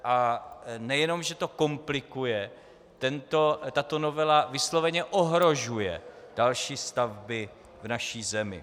A nejenom že to komplikuje, tato novela vysloveně ohrožuje další stavby v naší zemi.